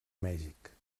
mèxic